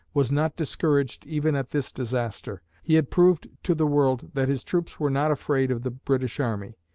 was not discouraged even at this disaster. he had proved to the world that his troops were not afraid of the british army,